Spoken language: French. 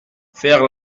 faire